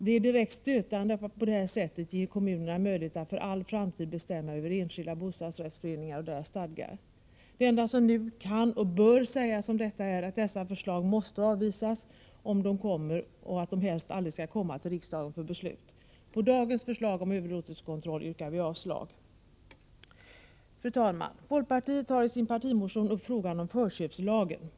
Det är direkt stötande att på det här sättet ge kommunerna möjlighet att för all framtid bestämma över enskilda bostadsrättsföreningar och deras stadgar. Det enda som nu kan, och bör, sägas om detta är att dessa förslag måste avvisas, om de kommer, och att de helst aldrig borde komma till riksdagen för beslut. På dagens förslag om överlåtelsekontroll yrkar vi således avslag. Fru talman! Vi i folkpartiet tar i vår partimotion upp frågan om förköpslagen.